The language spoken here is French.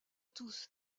tous